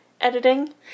editing